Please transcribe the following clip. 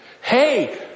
Hey